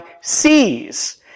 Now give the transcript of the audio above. sees